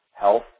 health